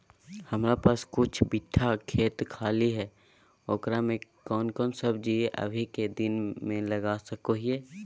हमारा पास कुछ बिठा खेत खाली है ओकरा में कौन कौन सब्जी अभी के दिन में लगा सको हियय?